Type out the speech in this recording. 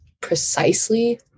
precisely